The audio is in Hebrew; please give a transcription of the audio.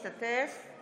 אינו משתתף בהצבעה